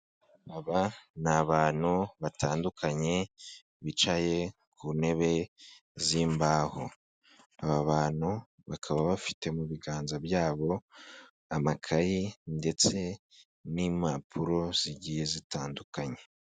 Aba ni abantu batandukanye, bicaye ku ntebe z'imbaho. Aba bantu bakaba bafite mu biganza byabo amakayi ndetse n'impapuro zigiye zitandukanye.